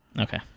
Okay